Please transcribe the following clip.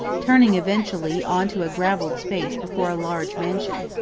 turning eventually on to a gravelled space before a large mansion.